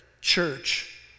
church